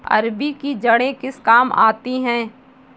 अरबी की जड़ें किस काम आती हैं?